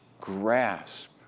grasp